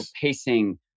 pacing